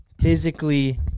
physically